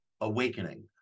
awakening